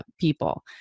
people